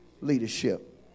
leadership